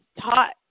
taught